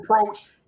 approach